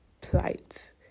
plight